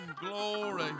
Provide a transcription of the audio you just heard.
glory